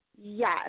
Yes